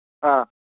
ꯑꯥ